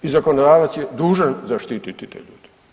I zakonodavac je dužan zaštititi te ljude.